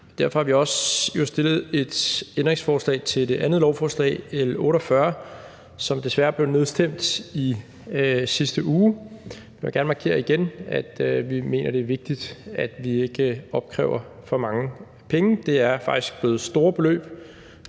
Derfor har vi jo også stillet et ændringsforslag til det andet lovforslag, L 48, som desværre blev nedstemt i sidste uge. Jeg vil gerne markere igen, at vi mener, det er vigtigt, at vi ikke opkræver for mange penge. Det er faktisk blevet store beløb